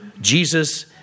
Jesus